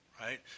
right